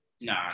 no